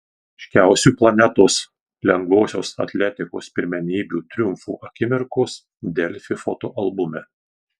ryškiausių planetos lengvosios atletikos pirmenybių triumfų akimirkos delfi fotoalbume